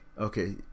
Okay